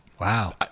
Wow